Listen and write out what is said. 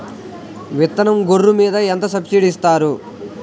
విత్తనం గొర్రు మీద ఎంత సబ్సిడీ ఇస్తారు?